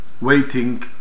waiting